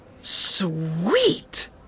Sweet